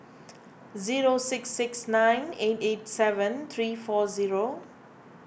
zero six six nine eight eight seven three four zero